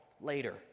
later